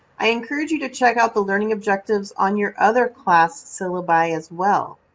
i encourage you to check out the learning objectives on your other class syllabi as well.